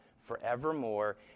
forevermore